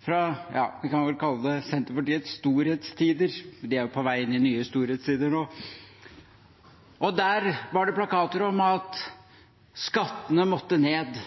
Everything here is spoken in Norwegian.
fra det en kan kalle Senterpartiets storhetstider – de er på vei inn i nye storhetstider nå. Der var det plakater om at skattene måtte ned,